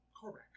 Correct